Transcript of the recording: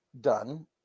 done